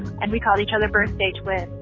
and we call each other birthday twins,